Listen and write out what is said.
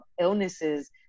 illnesses